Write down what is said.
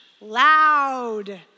loud